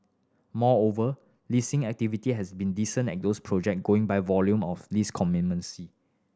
moreover leasing activity has been decent at these project going by volume of lease commencements